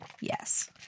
yes